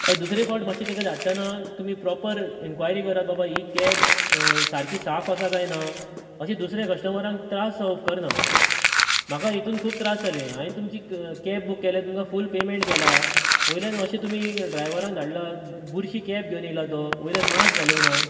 हय दुसरे फावट मात्शीं ताका धाडटाना तुमी प्रोपर एनक्वायरी करा बाबा ही कॅब सारकी साफ आसा काय ना अशी दुसऱ्या कश्टमरांक त्रास जावंक उपकारना म्हाका हेतून खूब त्रास जाले हांयेन तुमची कॅब बुक केल्या तुमंका फूल पेमेंट केला वयल्यान अशे तुमी ड्रायवरांक धाडला ब बुरशी कॅब घेवन येयला वयल्यान मास्क घालूंक ना